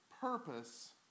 purpose